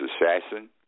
assassin